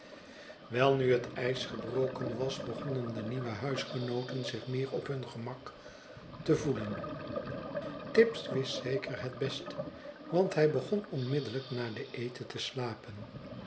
nu het ijs gebroken was begonnen de nieuwe huisgenooten zich meer op hun gemak te voelen tibbs zeker het best want hij begon onmiddellijk na den eten te slapen